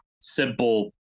simple